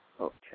Okay